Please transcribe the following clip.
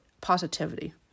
positivity